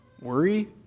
worry